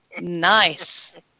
Nice